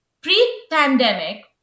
Pre-pandemic